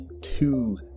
two